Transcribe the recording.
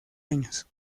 años